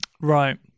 right